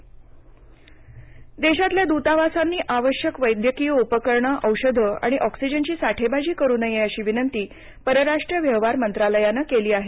अत्यावश्यक पुरवठा देशातल्या दूतावासांनी आवश्यक वैद्यकीय उपकरणे औषधे आणि ऑक्सिजनची साठेबाजी करू नये अशी विनंती परराष्ट्र व्यवहार मंत्रालयानं केली आहे